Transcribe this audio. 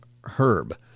Herb